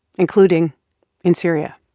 including in syria.